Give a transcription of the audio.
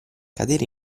cadere